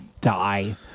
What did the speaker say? die